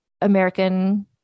American